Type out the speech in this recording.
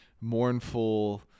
mournful